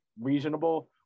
reasonable